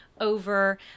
over